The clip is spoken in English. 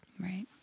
Right